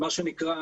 מה שנקרא,